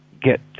get